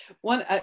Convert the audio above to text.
one